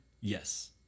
yes